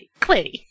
Clitty